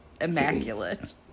immaculate